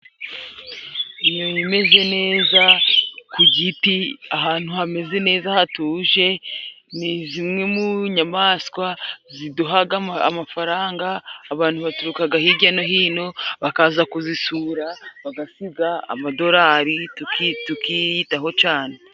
Inyoni imeze neza ku giti ahantu hameze neza hatuje. Ni zimwe mu nyamaswa ziduhaga amafaranga, abantu baturukaga hirya no hino, bakaza kuzisura bagasiga amadorari tukiyitaho cane.